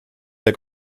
der